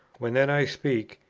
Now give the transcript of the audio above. when then i speak,